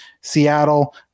Seattle